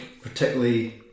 particularly